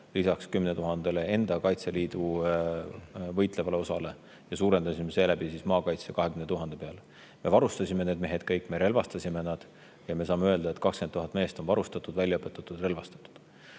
lisaks 10 000-le Kaitseliidu enda võitlevale [kontingendile] ja suurendasime seeläbi maakaitsejõu 20 000 peale. Me varustasime kõik need mehed, me relvastasime nad ja me saame öelda, et 20 000 meest on varustatud, välja õpetatud, relvastatud.